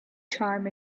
charm